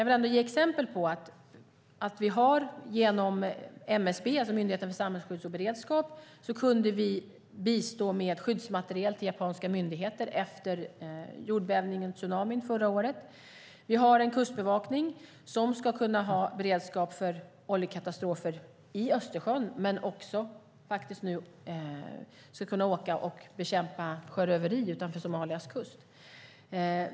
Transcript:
Till exempel kunde vi genom MSB, Myndigheten för samhällsskydd och beredskap, bistå japanska myndigheter med skyddsmateriel efter jordbävningen och tsunamin förra året. Vår kustbevakning ska ha beredskap för oljekatastrofer i Östersjön men också kunna bekämpa sjöröveri utanför Somalias kust.